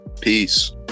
Peace